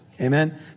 amen